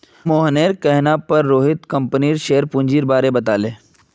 मोहनेर कहवार पर रोहित कंपनीर शेयर पूंजीर बारें बताले